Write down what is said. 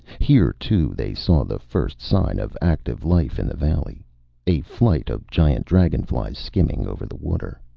here, too, they saw the first sign of active life in the valley a flight of giant dragonflies skimming over the water.